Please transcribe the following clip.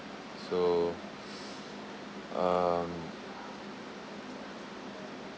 so um